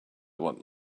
what